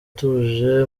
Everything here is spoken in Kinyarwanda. tuje